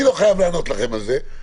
אני לא חייב לענות לכם על זה,